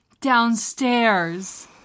downstairs